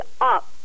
up